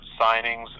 signings